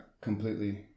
completely